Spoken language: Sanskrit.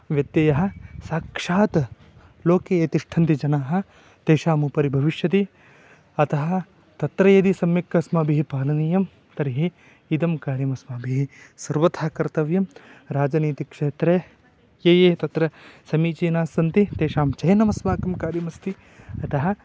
व्यत्ययः साक्षात् लोके ये तिष्ठन्ति जनाः तेषामुपरि भविष्यति अतः तत्र यदि सम्यक् अस्माभिः पालनीयं तर्हि इदं कार्यमस्माभिः सर्वथा कर्तव्यं राजनीतिक्षेत्रे ये ये तत्र समीचीनास्सन्ति तेषां चयनमस्माकं कार्यमस्ति अतः